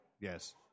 yes